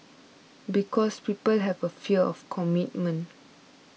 because people have a fear of commitment